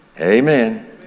Amen